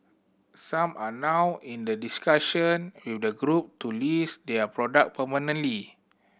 some are now in the discussion with the Group to list their product permanently